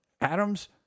Adams